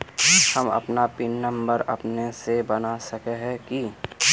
हम अपन pin number अपने से बना सके है की?